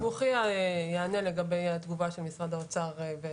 עכשיו, אמין אבו חייה צריך לענות לך על זה.